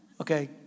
Okay